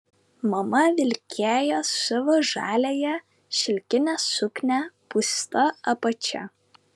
mama vilkėjo savo žaliąją šilkinę suknią pūsta apačia